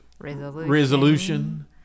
resolution